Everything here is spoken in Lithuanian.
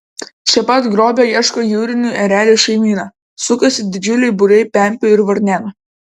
čia pat grobio ieško jūrinių erelių šeimyna sukasi didžiuliai būriai pempių ir varnėnų